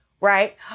right